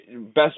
Best